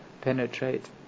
penetrate